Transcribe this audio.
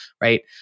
Right